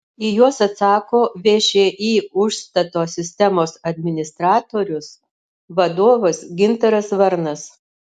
į juos atsako všį užstato sistemos administratorius vadovas gintaras varnas